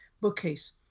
bookcase